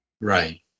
Right